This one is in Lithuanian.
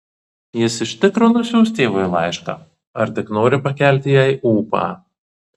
jis iš tikro nusiųs tėvui laišką ar tik nori pakelti jai ūpą